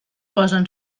posen